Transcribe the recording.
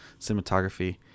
cinematography